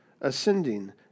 ascending